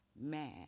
mad